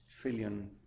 trillion